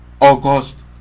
August